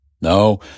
No